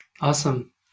Awesome